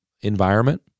environment